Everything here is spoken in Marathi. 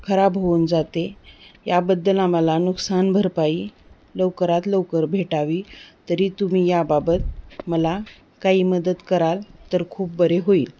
खराब होऊन जाते याबद्दल आम्हाला नुकसान भरपाई लवकरात लवकर भेटावी तरी तुम्ही याबाबत मला काही मदत कराल तर खूप बरे होईल